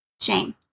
shame